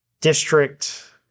district